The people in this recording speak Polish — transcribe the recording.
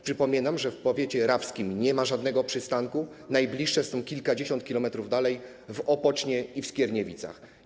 Przypominam, że w powiecie rawskim nie ma żadnego przystanku, najbliższe są kilkadziesiąt kilometrów dalej, w Opocznie i w Skierniewicach.